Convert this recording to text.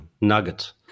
nugget